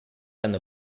hanno